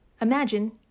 imagine